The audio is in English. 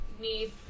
need